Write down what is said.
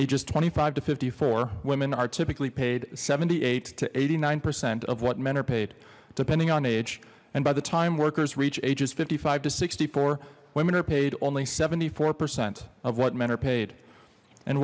ages twenty five to fifty four women are typically paid seventy eight to eighty nine percent of what men are paid depending on age and by the time workers reach ages fifty five to sixty four women are paid only seventy four percent of what men are paid and